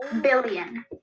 Billion